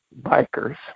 bikers